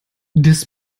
das